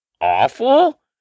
awful